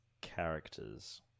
Characters